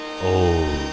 Old